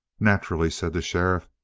nacher'ly, said the sheriff,